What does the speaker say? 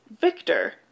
Victor